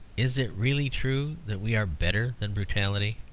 is it really true that we are better than brutality?